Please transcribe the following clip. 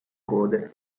code